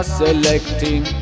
selecting